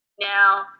Now